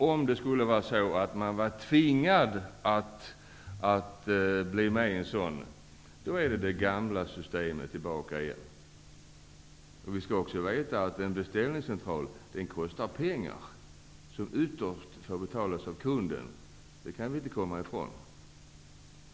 Om man skulle bli tvingad att ansluta sig till en beställningscentral, innebär det att vi skulle få tillbaka det gamla systemet. En beställningscentral kostar pengar och får ytterst betalas av kunden. Det kan vi inte komma ifrån.